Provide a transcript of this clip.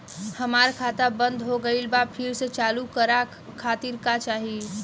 हमार खाता बंद हो गइल बा फिर से चालू करा खातिर का चाही?